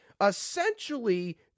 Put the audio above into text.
Essentially